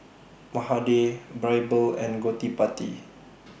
Mahade Birbal and Gottipati